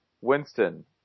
Winston